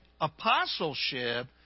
apostleship